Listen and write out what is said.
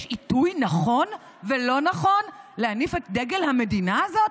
יש עיתוי נכון ולא נכון להניף את דגל המדינה הזאת?